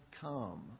come